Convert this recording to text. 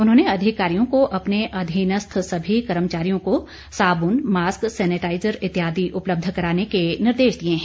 उन्होंने अधिकारियों को अपने अधीनस्थ सभी कर्मचारियों को साबुन मास्क सेनेटाईजर इत्यादि उपलब्ध कराने के निर्देश दिए हैं